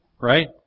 right